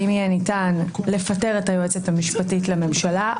האם יהיה ניתן לפטר את היועצת המשפטית לממשלה,